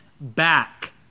back